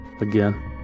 Again